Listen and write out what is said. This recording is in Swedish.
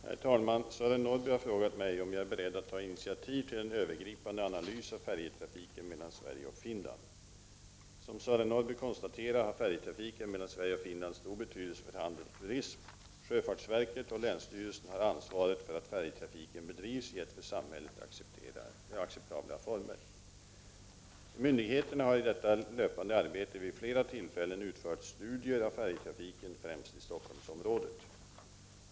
Herr talman! Sören Norrby har frågat mig om jag är beredd att ta initiativ till en övergripande analys av färjetrafiken mellan Sverige och Finland. Som Sören Norrby konstaterar har färjetrafiken mellan Sverige och Finland stor betydelse för handel och turism. Sjöfartsverket och länsstyrelsen har ansvaret för att färjetrafiken bedrivs i för samhället acceptabla former. Myndigheterna har i detta löpande arbete vid flera tillfällen utfört studier av färjetrafiken, främst i Stockholmsområdet.